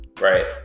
right